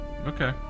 Okay